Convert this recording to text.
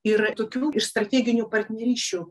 ir tokių ir strateginių partnerysčių